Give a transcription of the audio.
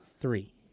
Three